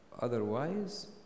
Otherwise